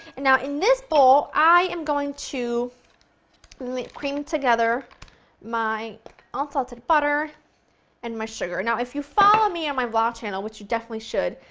and now in this bowl i am going to like cream together my unsalted butter and my sugar. now if you follow me on my vlog channel, which you definitely should,